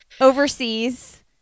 overseas